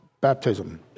baptism